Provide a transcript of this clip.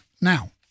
Now